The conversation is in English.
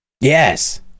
Yes